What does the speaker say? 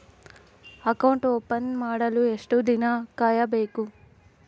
Account open ಮಾಡಲು ಎಷ್ಟು ದಿನ ಕಾಯಬೇಕು?